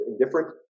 indifferent